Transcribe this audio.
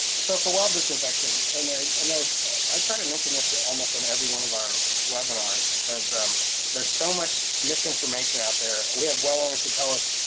so, for well disinfection and i you know i tried to mention this almost on every one of our webinars because there's so much misinformation out there. we have well owners who tell us,